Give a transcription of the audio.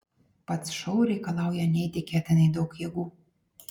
pats šou reikalauja neįtikėtinai daug jėgų